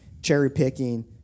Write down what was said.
cherry-picking